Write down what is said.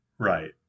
Right